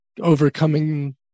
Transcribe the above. overcoming